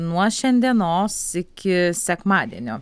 nuo šiandienos iki sekmadienio